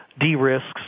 De-risks